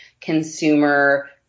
consumer